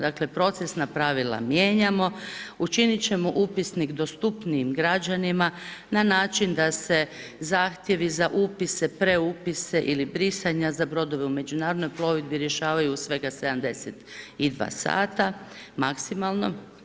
Dakle procesna pravila mijenjamo, učiniti ćemo upisnik dostupnijim građanima na način da se zahtjevi za upise, preupise ili brisanja za brodove u međunarodnoj plovidbi rješavaju u svega 72h, maksimalno.